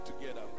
together